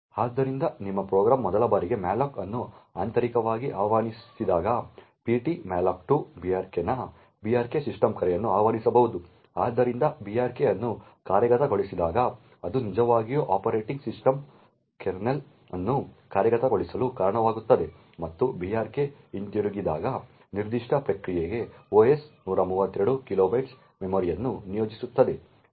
ಆದ್ದರಿಂದ ನಿಮ್ಮ ಪ್ರೋಗ್ರಾಂ ಮೊದಲ ಬಾರಿಗೆ malloc ಅನ್ನು ಆಂತರಿಕವಾಗಿ ಆಹ್ವಾನಿಸಿದಾಗ ptmalloc2 brk ನ brk ಸಿಸ್ಟಮ್ ಕರೆಯನ್ನು ಆಹ್ವಾನಿಸಬಹುದು ಆದ್ದರಿಂದ brk ಅನ್ನು ಕಾರ್ಯಗತಗೊಳಿಸಿದಾಗ ಅದು ನಿಜವಾಗಿಯೂ ಆಪರೇಟಿಂಗ್ ಸಿಸ್ಟಮ್ ಕರ್ನಲ್ ಅನ್ನು ಕಾರ್ಯಗತಗೊಳಿಸಲು ಕಾರಣವಾಗುತ್ತದೆ ಮತ್ತು brk ಹಿಂತಿರುಗಿದಾಗ ನಿರ್ದಿಷ್ಟ ಪ್ರಕ್ರಿಯೆಗೆ OS 132 ಕಿಲೋಬೈಟ್ ಮೆಮೊರಿಯನ್ನು ನಿಯೋಜಿಸುತ್ತದೆ